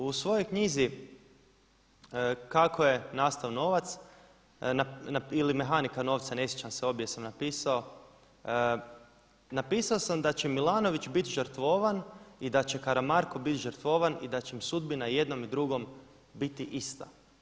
U svojoj knjizi kako je Nastao novac ili Mehanika novca ne sjećam se obje sam napisao, napisao sam da će Milanović biti žrtvovan i da će Karamarko biti žrtvovan i da će sudbina i jednom i drugom biti ista.